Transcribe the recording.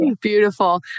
Beautiful